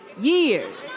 years